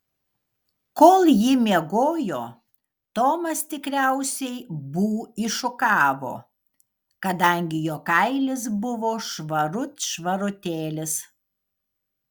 kol ji miegojo tomas tikriausiai bū iššukavo kadangi jo kailis buvo švarut švarutėlis